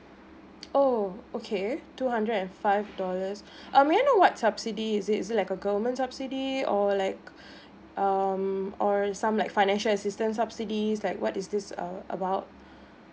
oh okay two hundred and five dollars uh may I know what subsidy is it is it like a government subsidy or like um or some like financial assistance subsidies like what is this uh about